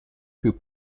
più